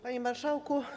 Panie Marszałku!